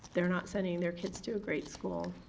they're not sending their kids to a great school.